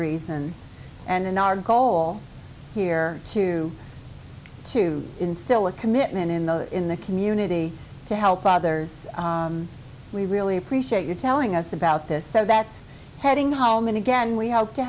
reasons and in our goal here too to instill a commitment in those in the community to help others we really appreciate you telling us about this so that's heading home and again we hope to